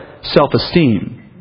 self-esteem